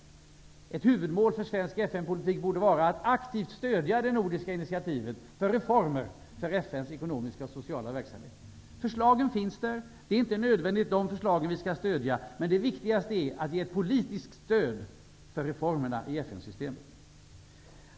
Ett huvudmål för svensk FN-politik borde vara att aktivt stödja det nordiska initiativet för reformering av FN:s ekonomiska och sociala verksamhet. Förslagen finns. Det är inte nödvändigtvis de förslagen vi skall stödja, men det viktigaste är att ge politiskt stöd för reformerna i FN-systemet.